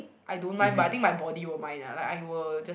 I don't mind but I think my body will mind lah like I will just